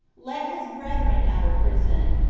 let his brethren out of prison,